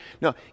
No